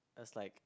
just like